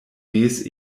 mez